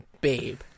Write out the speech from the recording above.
babe